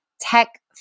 tech